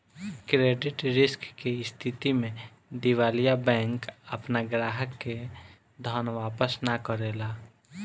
credit risk के स्थिति में दिवालिया बैंक आपना ग्राहक के धन वापस ना करेला